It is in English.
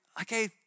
okay